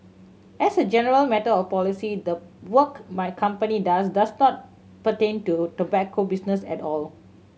as a general matter of policy the work my company does does not pertain to tobacco business at all